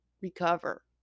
recover